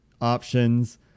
options